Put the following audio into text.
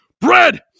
bread